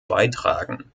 beitragen